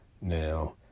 Now